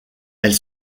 elle